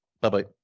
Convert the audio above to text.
Bye-bye